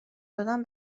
دادن